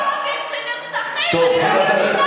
יש ערבים שנרצחים, אני לא מבינה את זה.